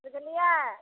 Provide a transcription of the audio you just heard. बुझलियै